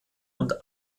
und